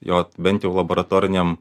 jo bent jau laboratorinėm